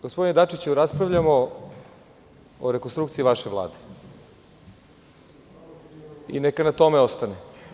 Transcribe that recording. Gospodine Dačiću, raspravljamo o rekonstrukciji vaše Vlade i neka na tome ostane.